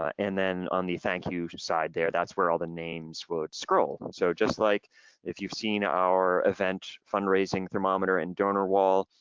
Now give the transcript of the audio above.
and then on the thank you side there that's where all the names would scroll. and so just like if you've seen our event fundraising thermometer and donor wall,